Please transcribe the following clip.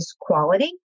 quality